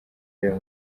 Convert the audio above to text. uyu